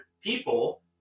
people